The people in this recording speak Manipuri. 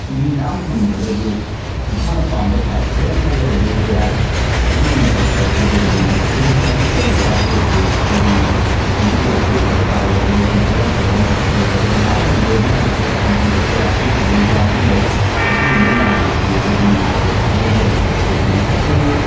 ꯇꯨꯔꯤ ꯃꯌꯥꯝ ꯊꯝꯗ꯭ꯔꯒꯁꯨ ꯏꯁꯥꯅ ꯄꯥꯝꯕ ꯁꯥꯏꯁ ꯂꯣꯏꯅ ꯈꯜꯂꯒ ꯌꯦꯛꯄ ꯌꯥꯏ ꯑꯗꯨꯒꯤ ꯃꯇꯛꯇ ꯑꯩꯈꯣꯏꯒꯤ ꯍꯌꯦꯡ ꯄ꯭ꯔꯤꯟꯠ ꯑꯃ ꯇꯧꯒꯦ ꯍꯥꯏꯔꯒꯁꯨ ꯑꯩꯈꯣꯏꯒꯤ ꯗꯤꯖꯤꯇꯦꯜꯗ ꯌꯦꯛꯏꯕ ꯐꯥꯏꯜ ꯑꯗꯨ ꯄ꯭ꯔꯤꯟꯇꯔ ꯑꯐꯕ ꯑꯝꯗ ꯍꯥꯞꯆꯜꯂꯒ ꯌꯥꯝ ꯂꯥꯏꯅ ꯂꯣꯏꯕ ꯅꯥꯏꯗꯕ ꯀꯣꯄꯤ ꯆꯤꯡꯊꯣꯛꯄ ꯌꯥꯕꯒꯤ ꯈꯨꯗꯣꯡꯆꯥꯕꯁꯨ ꯂꯩ ꯃꯁꯤꯒꯨꯝꯕ ꯃꯌꯥꯝ ꯑꯁꯤꯗꯤ ꯑꯩꯈꯣꯏꯒꯤ ꯇ꯭ꯔꯦꯗꯤꯁ꯭ꯅꯦꯜꯗ ꯂꯩꯇꯕ ꯄꯣꯠꯅꯤ ꯑꯗꯨꯕꯨ